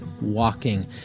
Walking